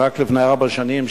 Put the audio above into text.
רק לפני ארבע שנים,